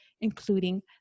including